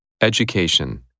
Education